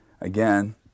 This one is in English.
again